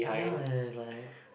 ya there is like